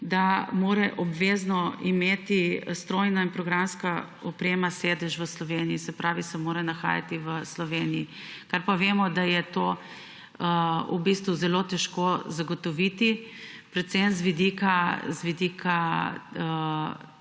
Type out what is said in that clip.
da mora obvezno imeti strojna in programska oprema sedež v Sloveniji. Se pravi, da se mora nahajati v Sloveniji, kar pa vemo, da je zelo težko zagotoviti, predvsem z vidika